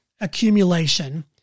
accumulation